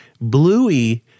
Bluey